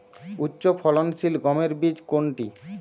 উচ্চফলনশীল গমের বীজ কোনটি?